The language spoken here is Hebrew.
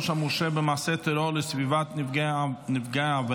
של מורשע במעשה טרור לסביבת נפגע העבירה,